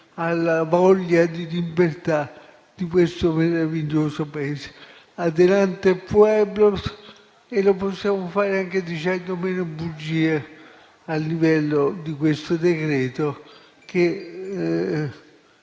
alla voglia di libertà di questo meraviglioso Paese. *Adelante pueblo!* Lo possiamo fare anche dicendo bugie, a livello di questo decreto-legge